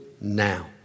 now